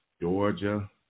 Georgia